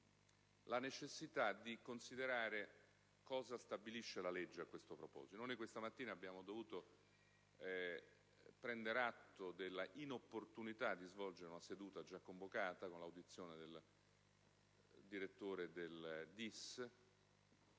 la necessità di considerare cosa stabilisce la legge a questo proposito. Questa mattina abbiamo dovuto prendere atto della inopportunità di svolgere una seduta già convocata per l'audizione del direttore del DIS